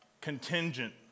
contingent